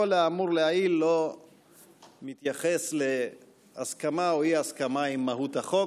כל האמור לעיל לא מתייחס להסכמה או אי-הסכמה עם מהות החוק,